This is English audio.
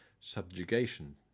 subjugation